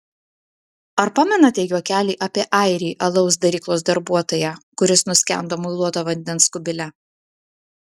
ar pamenate juokelį apie airį alaus daryklos darbuotoją kuris nuskendo muiluoto vandens kubile